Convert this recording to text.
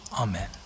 Amen